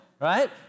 right